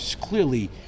clearly